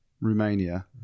Romania